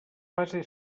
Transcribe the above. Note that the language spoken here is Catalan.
fase